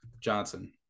Johnson